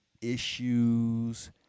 issues